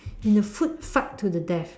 in a food fight to the death